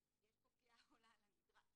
שיש פה פגיעה העולה על הנדרש --- לא.